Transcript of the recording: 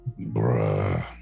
Bruh